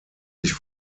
sich